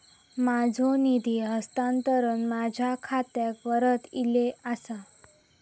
माझो निधी हस्तांतरण माझ्या खात्याक परत इले आसा